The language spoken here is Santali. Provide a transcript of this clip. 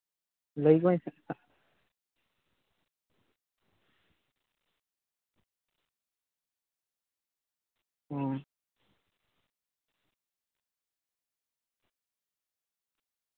ᱞᱟᱹᱭᱟᱠᱚᱣᱟᱹᱧ ᱦᱟᱸᱜ ᱚ